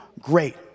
great